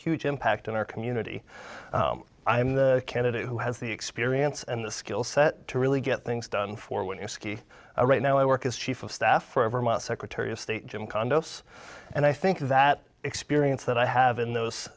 huge impact on our community i'm the candidate who has the experience and the skill set to really get things done for when you ski right now i work as chief of staff for over my secretary of state jim condos and i think that experience that i have in those